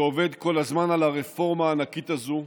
שעובד כל הזמן על הרפורמה הענקית הזו,